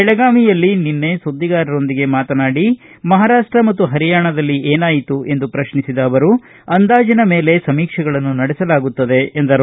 ಬೆಳಗಾವಿಯಲ್ಲಿ ನಿನ್ನೆ ಸುದ್ಸಿಗಾರರೊಂದಿಗೆ ಮಾತನಾಡಿದ ಅವರು ಮಹಾರಾಷ್ಟ ಮತ್ತು ಪರಿಯಾಣದಲ್ಲಿ ಏನಾಯಿತು ಎಂದು ಪ್ರತ್ನಿಸಿದ ಅವರು ಅಂದಾಜಿನ ಮೇಲೆ ಸಮೀಕ್ಷೆಗಳನ್ನು ನಡೆಸಲಾಗುತ್ತದೆ ಎಂದರು